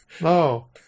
No